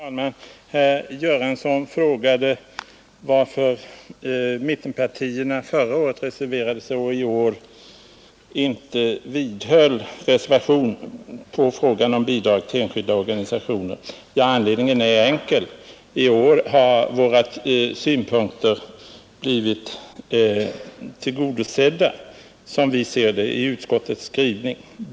Fru talman! Herr Göransson frågade varför mittenpartierna reserverade sig förra året, medan de i år inte vidhöll sin reservation i fråga om bidrag till enskilda organisationer. Anledningen är enkel: I år har våra synpunkter, som vi ser saken, blivit tillgodosedda i utskottets skrivning.